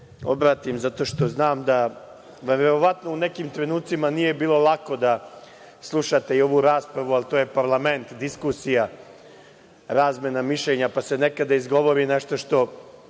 obratim zato što znam da verovatno u nekim trenucima nije bilo lako da slušate i ovu raspravu, ali to je parlament, diskusija, razmena mišljenja pa se nekada izgovori nešto što